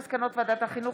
מסקנות ועדת החינוך,